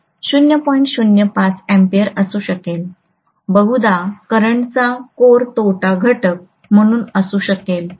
05 A असू शकेल बहुधा करंटचा कोर तोटा घटक म्हणून असू शकेल